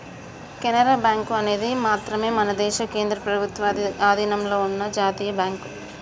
Canara bank అనేది మాత్రమే మన దేశ కేంద్ర ప్రభుత్వ అధీనంలో ఉన్న జాతీయ బ్యాంక్